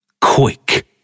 Quick